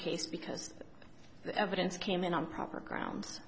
case because the evidence came in on proper ground